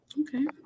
Okay